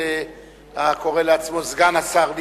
הקורא לעצמו סגן השר,